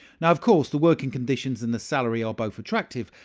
and of course, the working conditions and the salary are both attractive.